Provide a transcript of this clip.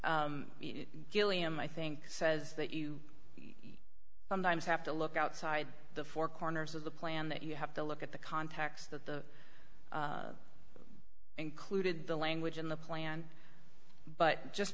gilliam i think says that you sometimes have to look outside the four corners of the plan that you have to look at the context that the included the language in the plan but just